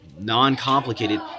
non-complicated